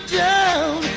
down